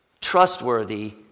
trustworthy